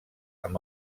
amb